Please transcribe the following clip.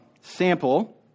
sample